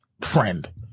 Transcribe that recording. friend